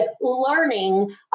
learning